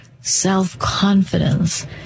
self-confidence